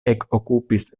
ekokupis